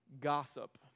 gossip